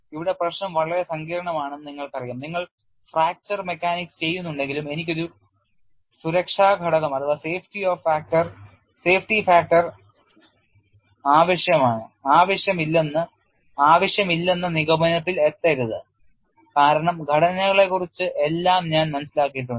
ഇവിടെ പ്രശ്നം വളരെ സങ്കീർണ്ണമാണെന്ന് നിങ്ങൾക്കറിയാം നിങ്ങൾ ഫ്രാക്ചർ മെക്കാനിക്സ് ചെയ്യുന്നുണ്ടെങ്കിലും എനിക്ക് ഒരു സുരക്ഷാ ഘടകം ആവശ്യമില്ലെന്ന നിഗമനത്തിൽ എത്തരുത് കാരണം ഘടനകളെക്കുറിച്ച് എല്ലാം ഞാൻ മനസ്സിലാക്കിയിട്ടുണ്ട്